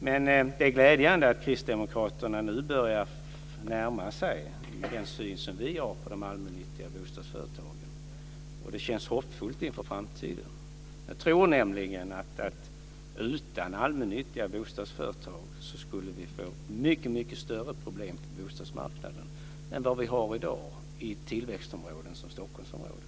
Det är alltså glädjande att Kristdemokraterna nu börjar närma sig den syn som vi har på de allmännyttiga bostadsföretagen. Det känns hoppfullt inför framtiden. Jag tror nämligen att vi utan de allmännyttiga bostadsföretagen skulle få mycket större problem på bostadsmarknaden än vi i dag har i ett tillväxtområde som Stockholmsområdet.